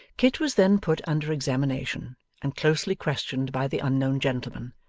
kit was then put under examination and closely questioned by the unknown gentleman,